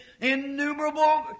innumerable